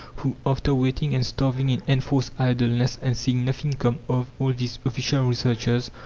who, after waiting and starving in enforced idleness, and seeing nothing come of all these official researches,